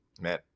man